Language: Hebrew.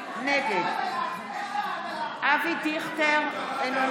נגד אתה מאפשר את הביזיון הזה.